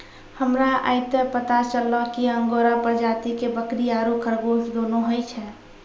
हमरा आइये पता चललो कि अंगोरा प्रजाति के बकरी आरो खरगोश दोनों होय छै